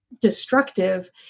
destructive